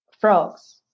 frogs